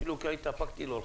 אפילו התאפקתי לא לחייך.